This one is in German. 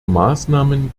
maßnahmen